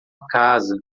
casa